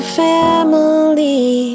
family